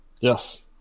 Yes